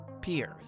peers